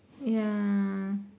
ya